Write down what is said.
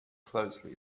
closely